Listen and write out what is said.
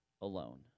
alone